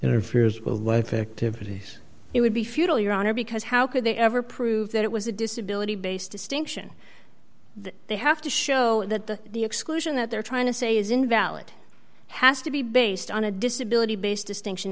interferes with wife activities it would be futile your honor because how could they ever prove that it was a disability based distinction that they have to show that the exclusion that they're trying to say is invalid has to be based on a disability based distinction